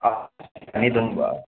ꯑꯥ ꯑꯦꯅꯤ ꯑꯗꯨꯒꯨꯝꯕ